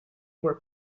were